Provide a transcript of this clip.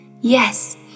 Yes